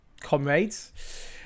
comrades